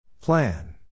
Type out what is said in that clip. Plan